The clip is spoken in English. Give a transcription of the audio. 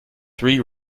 three